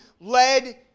led